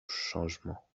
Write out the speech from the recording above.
changement